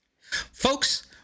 Folks